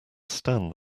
stand